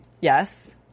Yes